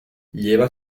lleva